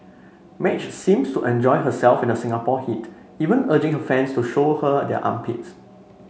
Madge seems to enjoy herself in the Singapore heat even urging her fans to show her their armpits